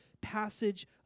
passage